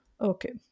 Okay